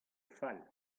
fall